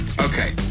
Okay